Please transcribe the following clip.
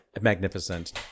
magnificent